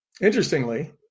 Interestingly